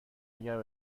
اگر